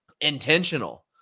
intentional